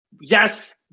yes